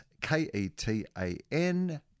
K-E-T-A-N